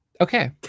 Okay